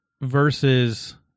Versus